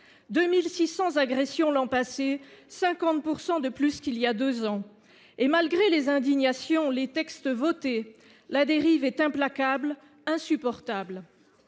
2 600 agressions l’an passé, 50 % de plus qu’il y a deux ans ! Malgré les indignations, malgré les textes votés, la dérive est implacable, insupportable.